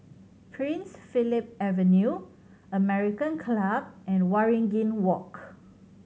Prince Philip Avenue American Club and Waringin Walk